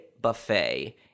buffet